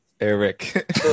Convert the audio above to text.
Eric